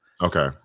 Okay